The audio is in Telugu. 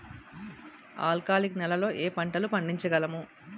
ఆల్కాలిక్ నెలలో ఏ పంటలు పండించగలము?